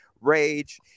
rage